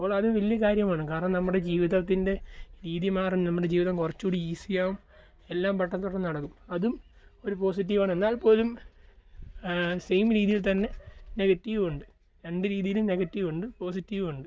അപ്പോൾ അത് വലിയ കാര്യമാണ് കാരണം നമ്മുടെ ജീവിതത്തിൻ്റെ രീതി മാറും നമ്മുടെ ജീവിതം കുറച്ചുകൂടി ഈസി ആവും എല്ലാം പെട്ടെന്ന് പെട്ടെന്ന് നടക്കും അതും ഒരു പോസിറ്റീവ് ആണ് എന്നാൽ പോലും സെയിം രീതിയിൽ തന്നെ നെഗറ്റീവും ഉണ്ട് രണ്ട് രീതിയിലും നെഗറ്റീവും ഉണ്ട് പോസിറ്റീവും ഉണ്ട്